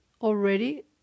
Already